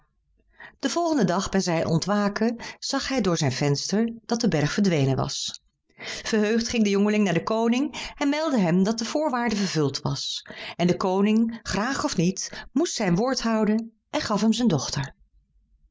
den volgenden dag bij zijn ontwaken zag hij door zijn venster dat de berg verdwenen was verheugd ging de jongeling naar den koning en meldde hem dat de voorwaarde vervuld was en de koning graag of niet moest woord houden en gaf hem zijn dochter